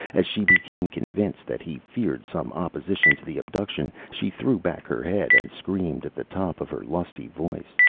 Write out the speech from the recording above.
as she became convinced that he feared some opposition to the abduction, she threw back her head and screamed at the top of her lusty voice.